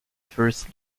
first